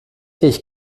ich